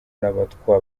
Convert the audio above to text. n’abatwa